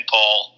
Paul